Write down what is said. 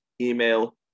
email